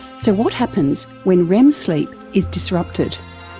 so what happens when rem sleep is disrupted?